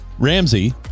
Ramsey